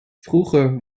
vroeger